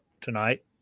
tonight